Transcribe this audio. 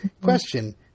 Question